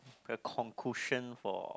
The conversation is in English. the for